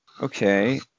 Okay